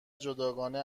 جداگانه